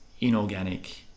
inorganic